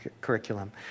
curriculum